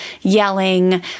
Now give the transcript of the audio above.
yelling